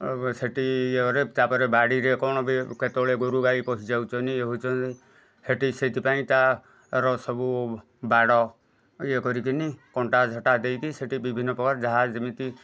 ସେଠି ତାପରେ ବାଡ଼ିରେ କଣ ବି କେତେବେଳେ ଗୋରୁଗାଈ ପଶି ଯାଉଛନ୍ତି ଇଏ ହେଉଛନ୍ତି ସେଟି ସେଇଥି ପାଇଁ ତା'ର ସବୁ ବାଡ଼ ଇଏ କରିକି କଣ୍ଟା ଝଟା ଦେଇକି ସେଠି ବିଭିନ୍ନ ପ୍ରକାର ଯାହା ଯେମିତି